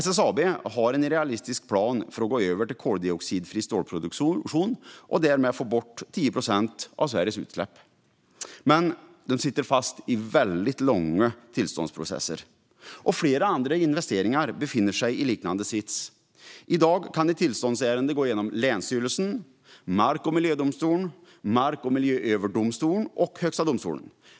SSAB har en realistisk plan för att gå över till koldioxidfri stålproduktion och därmed få bort 10 procent av Sveriges utsläpp. Men man sitter fast i väldigt långa tillståndsprocesser. Flera andra investeringar befinner sig i en liknande sits. I dag kan ett tillståndsärende gå genom länsstyrelsen, mark och miljödomstolen, Mark och miljööverdomstolen och Högsta domstolen.